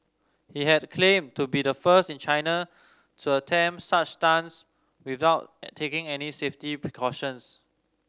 he had claimed to be the first in China to attempt such stunts without taking any safety precautions